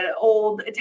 old